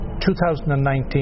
2019